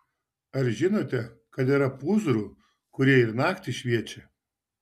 ar žinot kad yra pūzrų kurie ir naktį šviečia